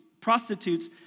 prostitutes